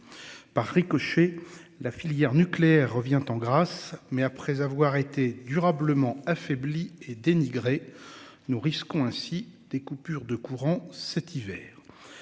Par ricochet, la filière nucléaire revient en grâce. Mais après avoir été durablement affaibli et dénigrer nous risquons ainsi des coupures de courant cet hiver.